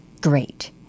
great